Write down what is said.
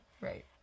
Right